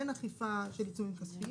אין אכיפה של עיצומים כספיים,